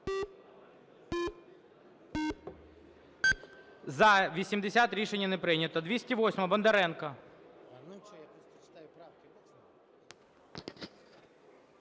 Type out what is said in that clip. За-80 Рішення не прийнято. 208-а, Бондаренко.